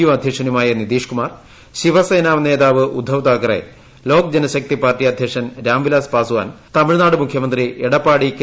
U അധ്യക്ഷനുമായ നിതീഷ്കുമാർ ശിവസേനാ നേതാവ് Uddhav Thackeray Lok Janshakti party അധ്യക്ഷൻ രാംവിലാസ് പാസ്വാൻ തമിഴ്നാട് മുഖ്യമന്ത്രി എടപ്പാളി കെ